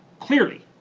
clearly.